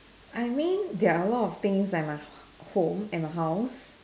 I mean there are a lot of things at my home in the house